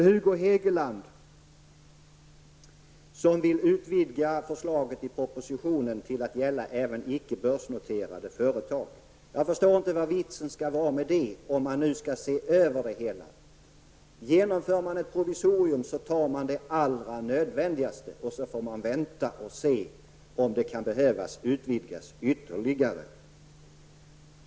Hugo Hegeland vill utvidga förslaget i propositionen till att gälla även icke börsnoterade företag. Jag förstår inte vad vitsen skulle vara med det, om man nu skall se över det hela. Om man genomför ett provisorium tar man det allra nödvändigaste och sedan får man vänta och se om det kan behöva utvidgas.